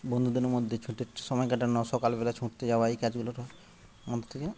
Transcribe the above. বন্ধুদের মধ্যে ছুটে সময় কাটানো সকালবেলা ছুটতে যাওয়া এই কাজগুলো তো মধ্যে থেকে